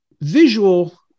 visual